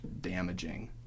damaging